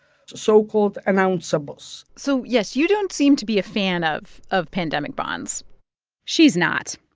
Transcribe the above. so-called announceables so yes, you don't seem to be a fan of of pandemic bonds she's not.